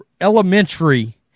elementary